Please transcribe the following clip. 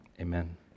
amen